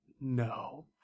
no